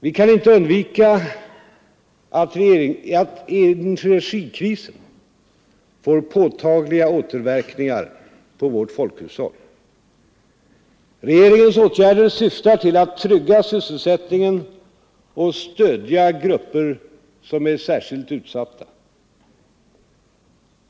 Vi kan inte undvika att energikrisen får påtagliga återverkningar på vårt folkhushåll. Regeringens åtgärder syftar till att trygga sysselsättningen och stödja grupper som är särskilt utsatta.